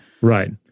Right